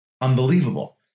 unbelievable